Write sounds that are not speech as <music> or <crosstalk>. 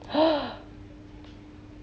<noise>